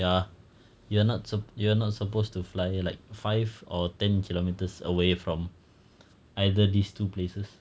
ya you're not supp~ you're not supposed to fly like five or ten kilometers away from either these two places